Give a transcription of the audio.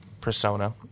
persona